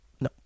No